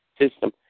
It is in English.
system